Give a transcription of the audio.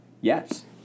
Yes